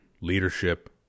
leadership